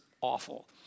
awful